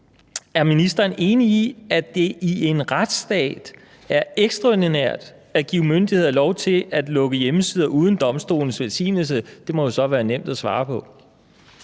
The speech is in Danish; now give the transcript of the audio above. Er ministeren enig i, at det i en retsstat er ekstraordinært at give myndigheder lov til at lukke hjemmesider uden domstolenes velsignelse? Det må jo så være nemt at svare på.